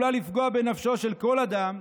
והיא עלולה לפגוע בנפשו של כל אדם,